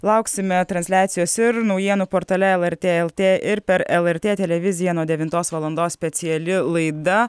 lauksime transliacijos ir naujienų portale lrt lt ir per lrt televiziją nuo devintos valandos speciali laida